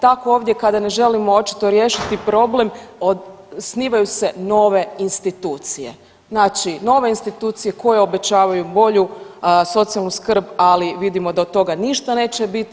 Tako ovdje kada ne želimo očito riješiti problem osnivaju se nove institucije, znači nove institucije koje obećavaju bolju socijalnu skrb, ali vidimo da od toga ništa neće biti.